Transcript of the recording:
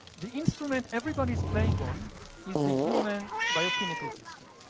the instrument everybody's playing on is the human biochemical system,